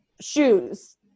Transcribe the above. shoes